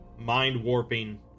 mind-warping